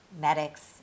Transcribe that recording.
medics